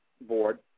board